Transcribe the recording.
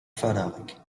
فراغك